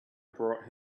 brought